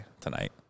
tonight